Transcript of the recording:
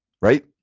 Right